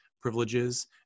privileges